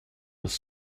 was